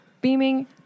Beaming